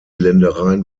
ländereien